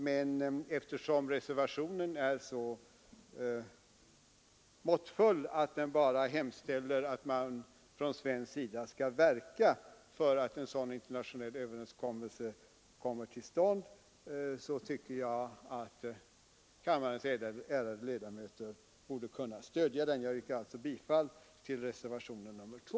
Men eftersom reservationen är så måttfull att den bara hemställer att man från svensk sida skall verka för att en sådan internationell överenskommelse kommer till stånd, tycker jag att kammarens ärade ledamöter borde kunna stödja den. Jag yrkar alltså bifall till reservationen 2.